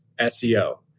SEO